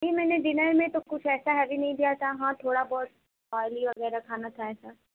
جی میں نے ڈنر میں کچھ ایسا ہیوی نہیں لیا تھا ہاں تھوڑا بہت آئلی وغیرہ کھانا کھایا تھا